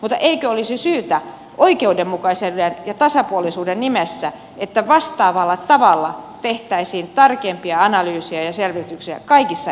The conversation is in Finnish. mutta eikö olisi syytä oikeudenmukaisuuden ja tasapuolisuuden nimessä että vastaavalla tavalla tehtäisiin tarkempia analyysejä ja selvityksiä kaikissa eu maissa